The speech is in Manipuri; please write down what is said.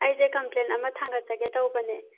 ꯑꯩꯁꯦ ꯀꯝꯄ꯭ꯂꯦꯟ ꯑꯃ ꯊꯥꯡꯒꯠꯆꯒꯦ ꯇꯧꯕꯅꯦ